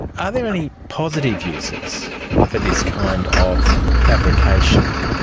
are there any positive uses for this kind of fabrication?